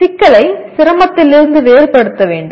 சிக்கலை சிரமத்திலிருந்து வேறுபடுத்த வேண்டும்